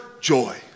joy